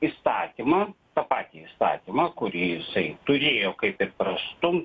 įstatymą tą patį įstatymą kurį jisai turėjo kaip ir prastumt